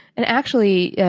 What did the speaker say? and, actually,